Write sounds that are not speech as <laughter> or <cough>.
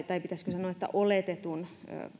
<unintelligible> tai pitäisikö sanoa oletetun